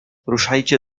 ruszajcie